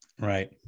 Right